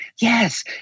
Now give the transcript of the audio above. yes